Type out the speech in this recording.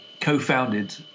co-founded